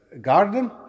garden